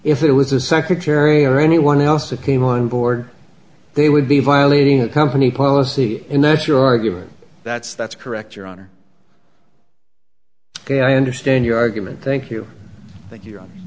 if it was a secretary or anyone else that came on board they would be violating the company policy in that's your argument that's that's correct your honor i understand your argument thank you thank you